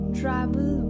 travel